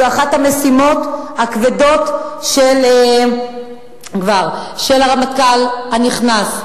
זו אחת המשימות הכבדות של הרמטכ"ל הנכנס.